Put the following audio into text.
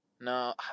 No